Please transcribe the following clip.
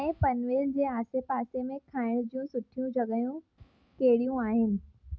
नये पनवेल जे आसे पासे मे खाइण जूं सुठियूं जॻहियूं कहिड़ीयूं आहिनि